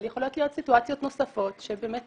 אבל יכולות להיות סיטואציות נוספות שבאמת